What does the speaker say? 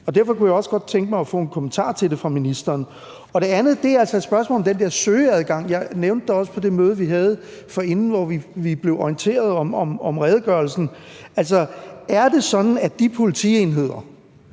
derfor kunne jeg også godt tænke mig at få en kommentar til det af ministeren. Det andet er altså et spørgsmål om den der søgeadgang. Jeg nævnte det også på det møde, vi havde forinden, hvor vi blev orienteret om redegørelsen. Er det sådan, at de politienheder,